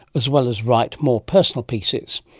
as well as write more personal pieces.